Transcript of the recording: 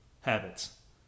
habits